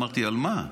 אמרתי: על מה?